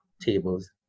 tables